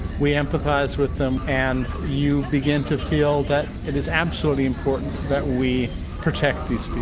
we empathise with them and you begin to feel that it is absolutely important that we protect these